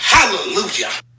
Hallelujah